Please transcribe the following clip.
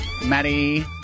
Maddie